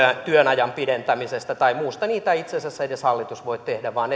työajan pidentämisestä tai muusta niitä ei itse asiassa edes hallitus voi tehdä vaan